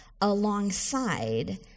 alongside